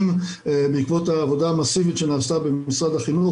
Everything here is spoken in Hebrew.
בעקבות העבודה המסיבית שנעשתה במשרד החינוך